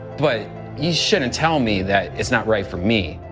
but you shouldn't tell me that it's not right for me.